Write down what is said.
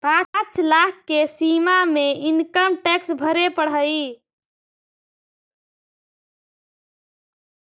पाँच लाख के सीमा में इनकम टैक्स भरे पड़ऽ हई